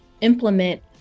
implement